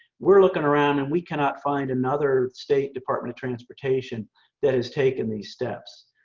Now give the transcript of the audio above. we're looking around and we cannot find another state department of transportation that has taken these steps.